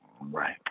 Right